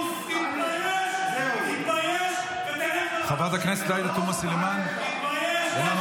תתבייש, ותלך למקום שממנו